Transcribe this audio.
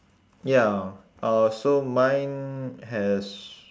ya uh so mine has